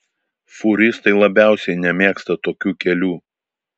fūristai labiausiai nemėgsta tokių kelių